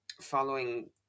following